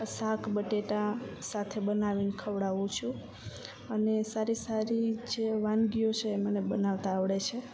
શાક બટેટા સાથે બનાવીન ખવડાવું છું અને સારી સારી જે વાનગીઓ સે એ મને બનાવતા આવડે છે